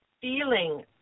feeling